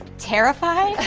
terrified